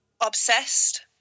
obsessed